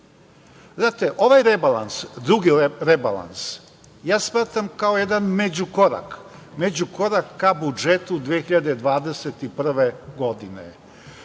trenutka. Ovaj rebalans, drugi rebalans, smatram kao jedan međukorak, međukorak ka budžetu 2021. godine.